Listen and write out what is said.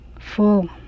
Full